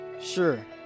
Sure